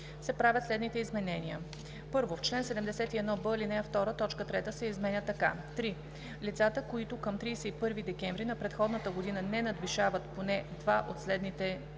се правят следните изменения: 1. В чл. 71б, ал. 2 т. 3 се изменя така: „3. лицата, които към 31 декември на предходната година не надвишават поне два от следните показателя: